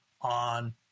on